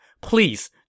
Please